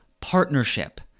partnership